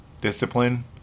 discipline